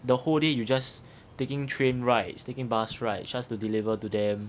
the whole day you just taking train rides taking bus rides just to deliver to them